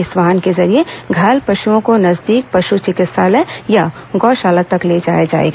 इस वाहन के जरिये घायल पशुओं को नजदीकी पशु चिकित्सालय या गौशाला तक ले जाया जाएगा